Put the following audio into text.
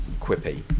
quippy